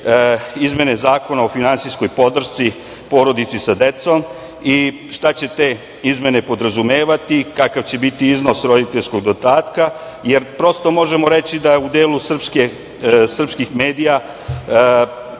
izmena zakona o finansijskoj podršci porodici sa decom i šta će te izmene podrazumevati i kakav će bit iznos roditeljskog dodatka, jer prosto možemo reći da u delu srpskih medija